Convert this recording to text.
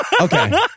Okay